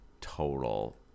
total